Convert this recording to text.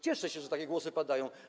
Cieszę się, że takie głosy padają.